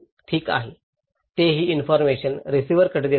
ठीक आहे ते ही इन्फॉरमेशन रिसीव्हरकडे देतात